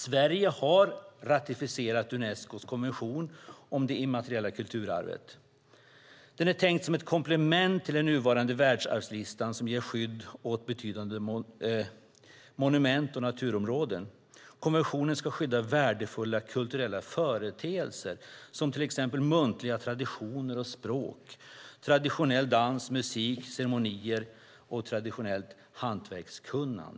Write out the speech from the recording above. Sverige har ratificerat Unescos konvention om det immateriella kulturarvet. Den är tänkt som ett komplement till den nuvarande världsarvslistan som ger skydd åt betydande monument och naturområden. Konventionen ska skydda värdefulla kulturella företeelser som muntliga traditioner och språk, traditionell dans och musik, ceremonier och traditionellt hantverkskunnande.